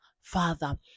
Father